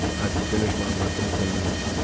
i'd finish my work in ten minutes